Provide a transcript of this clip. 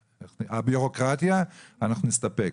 הביורוקרטיה, אנחנו נסתפק,